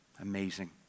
Amazing